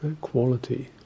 quality